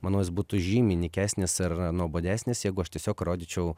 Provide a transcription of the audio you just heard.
manau jis būtų žymiai nykesnis ar nuobodesnis jeigu aš tiesiog rodyčiau